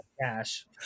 cash